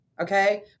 Okay